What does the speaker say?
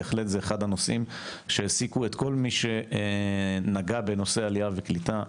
בהחלט זה אחד הנושאים שהעסיקו את כל מי שנגע בנושא עלייה וקליטה.